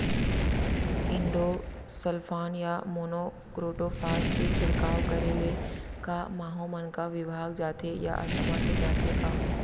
Endosulfan या monocrotophos के छिड़काव करे ले क माहो मन का विभाग जाथे या असमर्थ जाथे का?